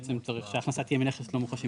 בעצם צריך שההכנסה תהיה מנכס לא מחושי מוטב.